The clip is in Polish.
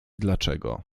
dlaczego